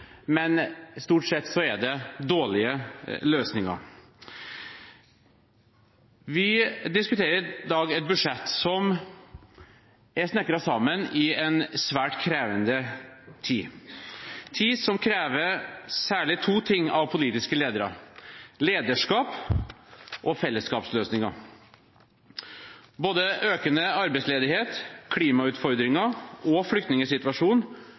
men stort sett er det dårlige løsninger. Vi diskuterer i dag et budsjett som er snekret sammen i en svært krevende tid, en tid som krever særlig to ting av politiske ledere: lederskap og fellesskapsløsninger. Både økende arbeidsledighet, klimautfordringer og